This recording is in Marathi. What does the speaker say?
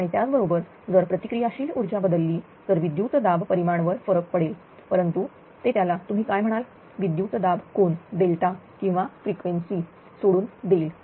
आणि त्याचबरोबर जर प्रतिक्रिया शील उर्जा बदलली तर विद्युत दाब परिमाण वर फरक पडेल परंतु ते त्याला तुम्ही काय म्हणाल विद्युतदाब कोन डेल्टा किंवा फ्रिक्वेन्सी सोडून देईल